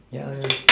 yeah yeah